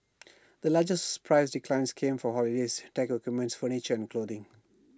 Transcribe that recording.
the largest price declines came for holidays tech equipment furniture and clothing